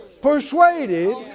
persuaded